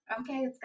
Okay